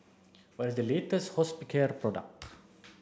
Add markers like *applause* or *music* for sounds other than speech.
what is the latest Hospicare product *noise*